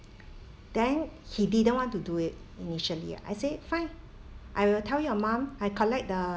then he didn't want to do it initially ah I said fine I will tell your mum I collect the